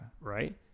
Right